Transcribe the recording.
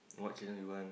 what channel you want